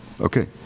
okay